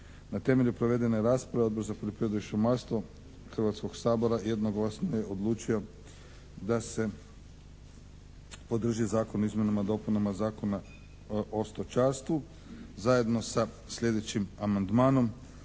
Na temelju provedene rasprave Odbor za poljoprivredu i šumarstvo Hrvatskog sabora jednoglasno je odlučio da se podrži Zakon o izmjenama i dopunama Zakona o stočarstvu zajedno sa sljedećim amandmanom.